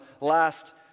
last